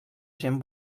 gent